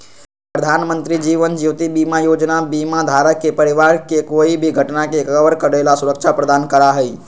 प्रधानमंत्री जीवन ज्योति बीमा योजना बीमा धारक के परिवार के कोई भी घटना के कवर करे ला सुरक्षा प्रदान करा हई